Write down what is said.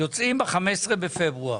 ב-15 בפברואר.